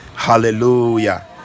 hallelujah